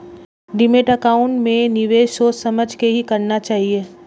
demat account में निवेश सोच समझ कर ही करना चाहिए